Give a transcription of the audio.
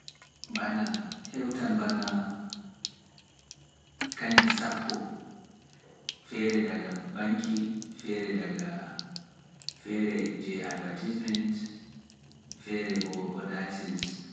Bana hewtan bana kanji sappo feere daga bañki feere daga feere je Advertisement feere bo Odatins.